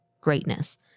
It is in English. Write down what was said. greatness